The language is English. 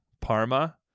Parma